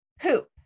poop